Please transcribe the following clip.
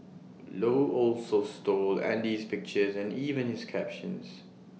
low also stole Andy's pictures and even his captions